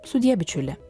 sudie bičiuli